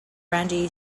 randy